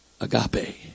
agape